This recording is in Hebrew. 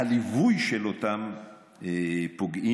שהליווי של אותם פוגעים,